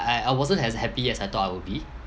I I wasn't as happy as I thought I would be